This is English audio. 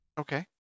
Okay